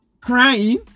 Crying